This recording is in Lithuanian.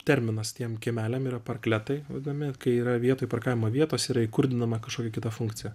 terminas tiem kiemeliam yra parkletai vadinami kai yra vietoj parkavimo vietos yra įkurdinama kažkokia kita funkcija